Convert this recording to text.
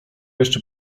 jeszcze